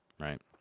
Right